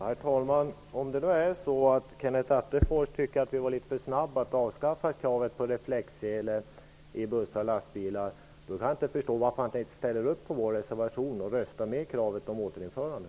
Herr talman! Om Kenneth Attefors nu tycker att det gick litet för snabbt att avskaffa kravet på reflexsele i bussar och lastbilar, kan jag inte förstå varför han inte ställer sig bakom vår reservation och röstar för kravet på ett återinförande.